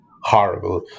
horrible